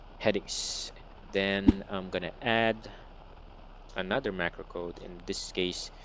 headings then i'm gonna add another macro code in this case.